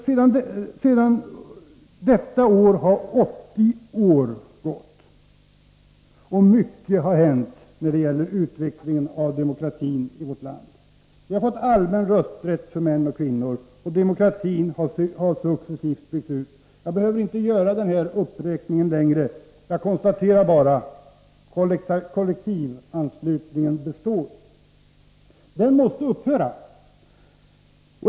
Sedan dess har 80 år gått, och mycket har hänt när det gäller utvecklingen av demokratin i vårt land. Vi har fått allmän rösträtt för män och kvinnor, och demokratin har successivt byggts ut. Jag behöver inte göra denna uppräkning längre — jag konstaterar bara att kollektivanslutningen består. Den måste upphöra!